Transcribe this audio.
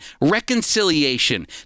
reconciliation